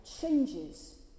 changes